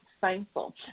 thankful